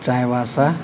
Chaibasa